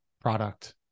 product